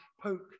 poke